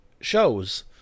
shows